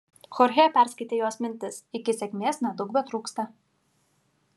chorchė perskaitė jos mintis iki sėkmės nedaug betrūksta